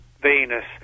Venus